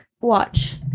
Watch